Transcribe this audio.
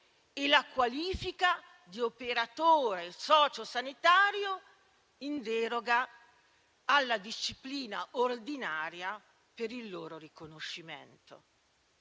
e la qualifica di operatore sociosanitario in deroga alla disciplina ordinaria per il loro riconoscimento.